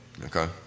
Okay